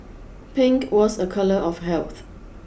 pink was a colour of health